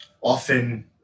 Often